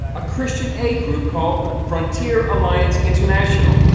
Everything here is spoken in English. a christian aid group called frontier alliance international,